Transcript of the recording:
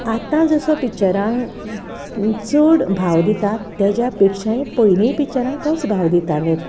आतां जसो पिक्चरांक चड भाव दितात तेचा पेक्षाय पयलीं पिक्चरांक तोच भाव दिताले